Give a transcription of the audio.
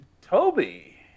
Toby